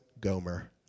Gomer